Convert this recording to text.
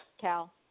Cal